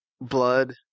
Blood